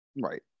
Right